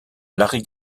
larry